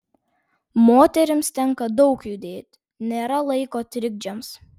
moterims tenka daug judėti nėra laiko trikdžiams